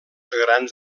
grans